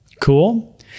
Cool